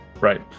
Right